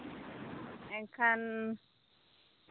ᱮᱱᱠᱷᱟᱱ